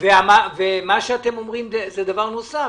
אתם אומרים דבר נוסף,